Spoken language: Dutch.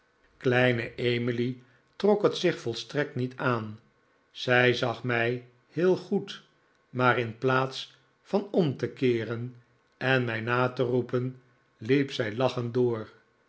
kleine emily trok het zich volstrekt niet aan zij zag mij heel goed maar in plaats van om te keeren en mij na te roepen hep zij lachend door